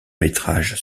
métrages